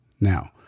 Now